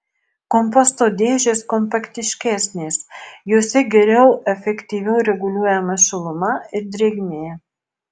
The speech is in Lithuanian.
komposto dėžės kompaktiškesnės jose geriau efektyviau reguliuojama šiluma ir drėgmė